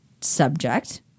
subject